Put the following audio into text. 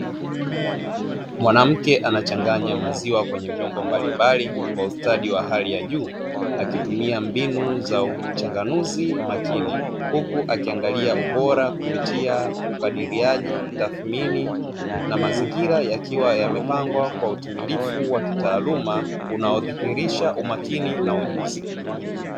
Mwanamke anachanganya maziwa kwenye vyombo mbalimbali kwa ustadi wa hali ya juu, akitumia mbinu za uchanganuzi makini huku akiangalia ubora kupitia ukadiliaji, tathimini na mazingira yakiwa yamepangwa kwa utimilifu wa kitaaluma unaodhihirisha umakini na ujuzi.